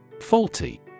Faulty